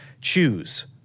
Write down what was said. choose